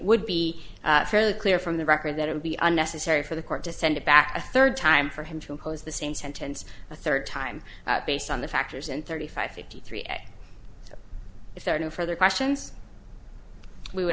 would be fairly clear from the record that it would be unnecessary for the court to send it back a third time for him to impose the same sentence a third time based on the factors and thirty five fifty three if there are no further questions we w